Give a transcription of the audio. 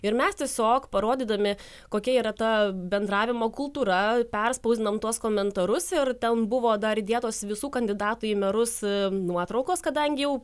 ir mes tiesiog parodydami kokia yra ta bendravimo kultūra perspausdinom tuos komentarus ir ten buvo dar įdėtos visų kandidatų į merus nuotraukos kadangi jau